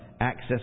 access